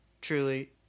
truly